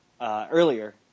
earlier